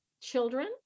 children